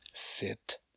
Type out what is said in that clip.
sit